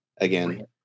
again